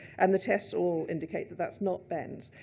and the tests all indicate that that's not behn's.